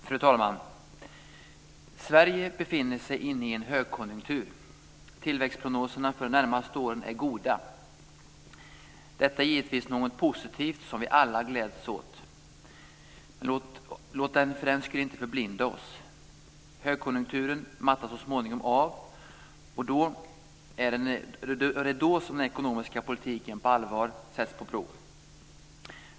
Fru talman! Sverige befinner sig i en högkonjunktur. Tillväxtprognoserna för de närmaste åren är goda. Detta är givetvis något som är positivt och som vi alla gläds åt men vi får för den skull inte låta det förblinda oss. Högkonjunkturen mattar så småningom av och det är då som den ekonomiska politiken på allvar sätts på prov.